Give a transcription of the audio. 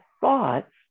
thoughts